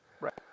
Right